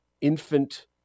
infant